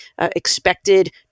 expected